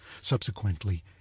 Subsequently